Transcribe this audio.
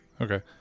Okay